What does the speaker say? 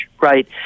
right